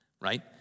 right